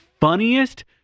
funniest